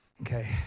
Okay